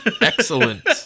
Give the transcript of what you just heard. excellent